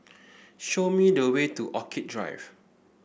show me the way to Orchid Drive